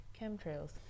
chemtrails